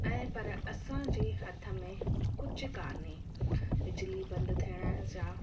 ऐं पर असां जे हथ में कुझु कान्हे बिजली बंदि थियण जा